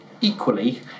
equally